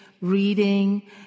reading